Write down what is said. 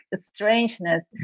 strangeness